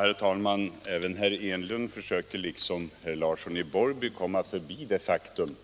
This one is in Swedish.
Herr talman! Herr Enlund försökte liksom herr Larsson i Borrby komma förbi det faktum